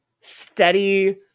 steady